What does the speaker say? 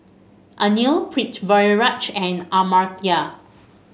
Anil Pritiviraj and Amartya